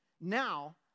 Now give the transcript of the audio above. Now